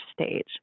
stage